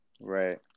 Right